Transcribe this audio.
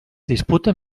disputa